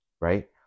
Right